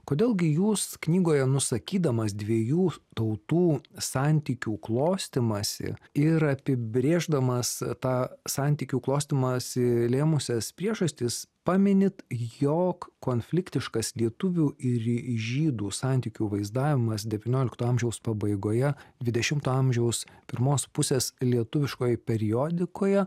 kodėl gi jūs knygoje nusakydamas dviejų tautų santykių klostymąsi ir apibrėždamas tą santykių klostymąsi lėmusias priežastis paminit jog konfliktiškas lietuvių ir žydų santykių vaizdavimas devyniolikto amžiaus pabaigoje dvidešimto amžiaus pirmos pusės lietuviškoj periodikoje